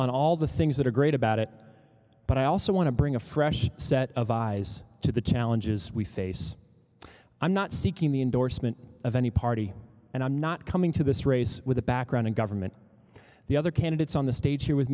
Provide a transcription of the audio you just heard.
on all the things that are great about it but i also want to bring a fresh set of eyes to the challenges we face i'm not seeking the endorsement of any party and i'm not coming to this race with a background in government the other candidates on the stage here with